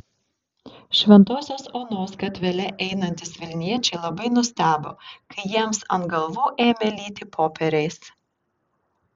šventosios onos gatvele einantys vilniečiai labai nustebo kai jiems ant galvų ėmė lyti popieriais